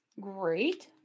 Great